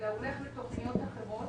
אלא הולך לתכניות אחרות.